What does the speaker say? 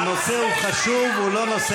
היה חבר